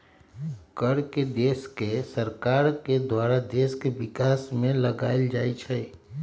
कर के देश के सरकार के द्वारा देश के विकास में लगाएल जाइ छइ